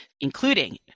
including